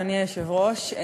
אדוני היושב-ראש.